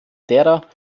derer